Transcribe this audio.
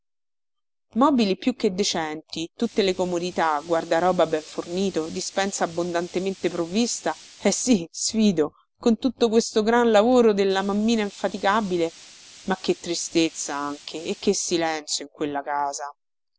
mobili più che decenti tutte le comodità guardaroba ben fornito dispensa abbondantemente provvista eh sì sfido con tutto questo gran lavoro della mammina infaticabile ma che tristezza anche e che silenzio in quella casa